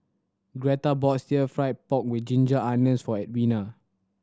Greta bought still fry pork with ginger onions for Edwina